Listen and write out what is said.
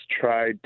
tried